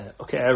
Okay